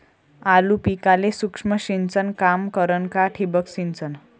आलू पिकाले सूक्ष्म सिंचन काम करन का ठिबक सिंचन?